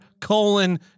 colon